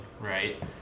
right